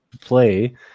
play